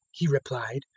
he replied,